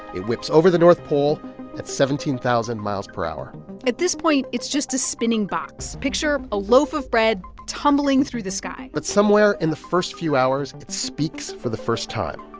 it whips over the north pole at seventeen thousand mph at this point, it's just a spinning box. picture a loaf of bread tumbling through the sky but somewhere in the first few hours, it speaks for the first time.